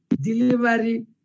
delivery